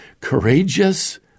courageous